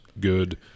good